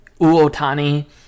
Uotani